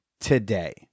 today